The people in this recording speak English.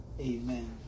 amen